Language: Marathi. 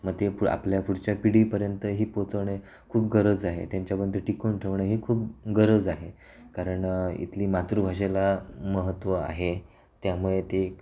मग ते पु आपल्या पुढच्या पिढीपर्यंतही पोचवणे खूप गरज आहे त्यांच्याबद्दल टिकवून ठेवणे ही खूप गरज आहे कारण इथली मातृभाषेला महत्व आहे त्यामुळे ते